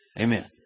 Amen